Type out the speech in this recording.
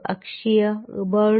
અક્ષીય બળનું